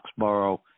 Foxborough